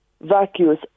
vacuous